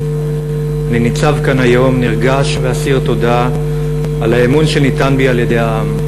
אני ניצב כאן היום נרגש ואסיר תודה על האמון שניתן בי על-ידי העם,